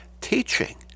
teaching